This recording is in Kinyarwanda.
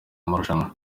marushanwa